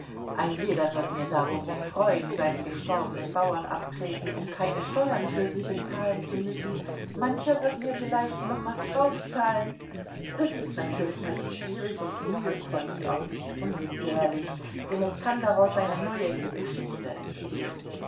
ein jeder wird mir darum mit freuden seine gestorbenen bauern abtreten um keine steuern für sie bezahlen zu müssen mancher wird mir vielleicht noch was draufzahlen das ist natürlich recht schwierig und mühevoll und auch nicht ungefährlich denn es kann daraus eine neue geschichte entstehen